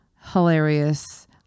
hilarious